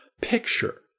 picture